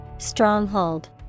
Stronghold